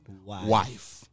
wife